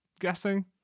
guessing